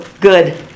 Good